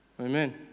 Amen